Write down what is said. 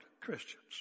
Christians